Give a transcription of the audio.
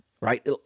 Right